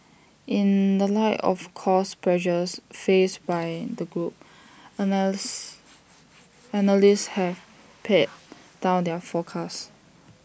in the light of cost pressures faced by the group analysts have pared down their forecasts